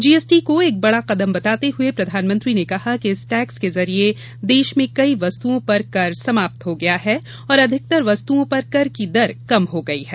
GST को एक बड़ा कदम बताते हए प्रधानमंत्री ने कहा कि इस टैक्स के जरिए देश में कई वस्तुओं पर कर समाप्त हो गया है और अधिकतर वस्तुओं पर कर की दर कम हो गई है